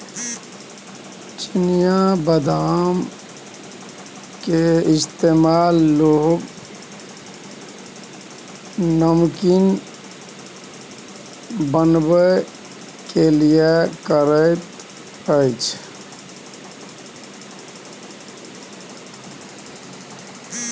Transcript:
चिनियाबदामक इस्तेमाल लोक नमकीन बनेबामे करैत छै